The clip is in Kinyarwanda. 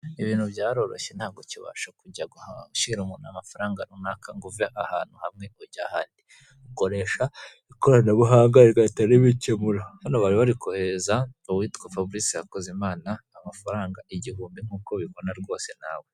Ibintu byaroroshye ntabwo ukibasha kujya guha gushyira umuntu amafaranga runaka ngo uve ahantu hamwe ujya ahandi, ukoresha ikoranabuhanga rigahita ribikemura hano bari koherereza uwitwa Fabrice hakuzimana amafaranga igihumbi nk'uko ubibona rwose nawe.